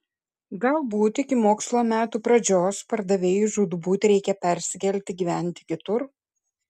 galbūt iki mokslo metų pradžios pardavėjui žūtbūt reikia persikelti gyventi kitur